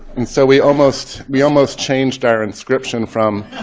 and so we almost we almost changed our inscription from,